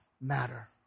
matter